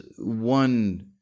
one